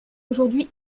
aujourd’hui